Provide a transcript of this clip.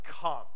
come